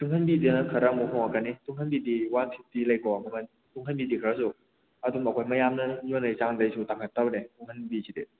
ꯇꯨꯡꯍꯟꯕꯤꯗꯅ ꯈꯔ ꯑꯃꯨꯛ ꯍꯣꯡꯉꯛꯅꯤ ꯇꯨꯡꯍꯟꯕꯤꯗꯤ ꯋꯥꯟ ꯐꯤꯞꯇꯤ ꯂꯩꯀꯣ ꯃꯃꯜ ꯇꯨꯡꯍꯟꯕꯤꯗꯤ ꯈꯔꯁꯨ ꯑꯗꯨꯝ ꯑꯩꯈꯣꯏ ꯃꯌꯥꯝꯅ ꯌꯣꯟꯅꯔꯤꯕ ꯆꯥꯡꯗꯒꯤꯁꯨ ꯇꯥꯡꯈꯠꯇꯕꯅꯦ ꯇꯨꯡꯍꯟꯕꯤꯁꯤꯗꯤ